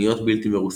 קניות בלתי מרוסנות,